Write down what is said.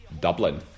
Dublin